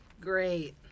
great